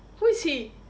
who is he